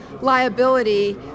liability